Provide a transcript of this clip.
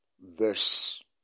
verse